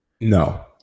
No